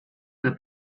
que